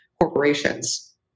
corporations